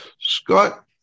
Scott